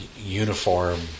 uniform